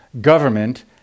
government